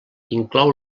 inclou